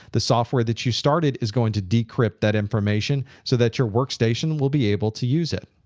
the software that you started is going to decrypt that information so that your workstation will be able to use it.